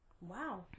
Wow